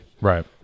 Right